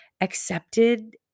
accepted